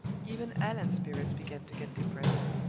even allan's spirits began to get depressed.